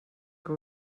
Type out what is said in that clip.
que